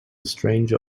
stranger